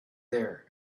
there